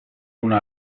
una